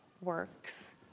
works